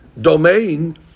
domain